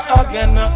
again